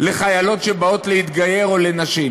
לחיילות שבאות להתגייר או לנשים?